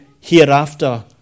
hereafter